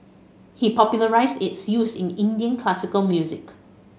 he popularised its use in Indian classical music